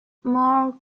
more